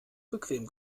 bequem